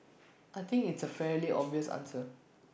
I think it's A fairly obvious answer